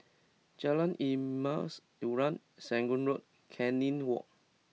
Jalan Emas Urai Serangoon Road Canning Walk